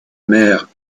mère